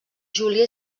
júlia